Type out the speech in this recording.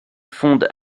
fonde